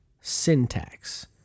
syntax